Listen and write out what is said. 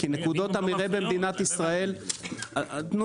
כי נקודות המרעה במדינת ישראל --- לא,